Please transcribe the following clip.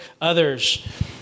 others